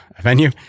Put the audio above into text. venue